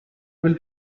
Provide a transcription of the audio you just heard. will